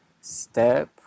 step